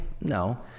No